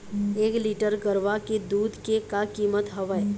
एक लीटर गरवा के दूध के का कीमत हवए?